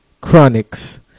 Chronics